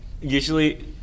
Usually